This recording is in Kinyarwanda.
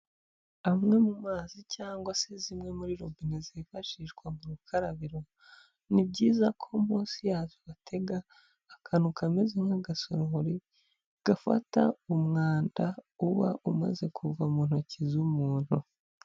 Amwe mu mazi cyangwa se zimwe muri robine zifashishwa mu rukarabiro, ni byiza ko munsi yazo bahatega akantu kameze nk'agasorori gafata umwanda uba umaze kuva mu ntoki z'umuntu.